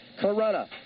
Corona